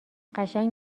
قشنگ